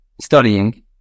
studying